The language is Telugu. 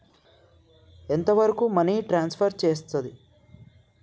ఎంత వరకు మనీ ట్రాన్స్ఫర్ చేయస్తది?